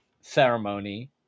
ceremony